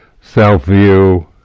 self-view